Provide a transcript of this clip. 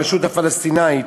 הרשות הפלסטינית,